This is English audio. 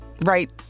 Right